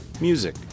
music